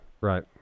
right